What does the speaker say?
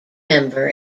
member